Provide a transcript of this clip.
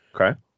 Okay